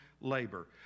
labor